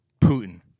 Putin